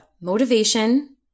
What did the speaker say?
motivation